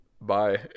Bye